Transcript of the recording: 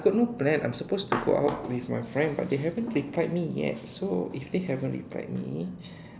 I got no plan I'm supposed to go out with my friend but they haven't replied me yet so if they haven't replied me